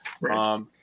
Right